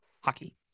Hockey